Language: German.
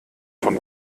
von